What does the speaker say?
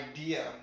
idea